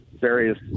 various